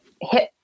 hit